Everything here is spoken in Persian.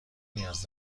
نیاز